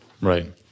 right